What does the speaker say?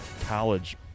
college